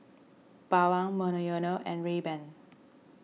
Bawang Monoyono and Rayban